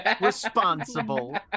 responsible